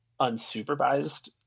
unsupervised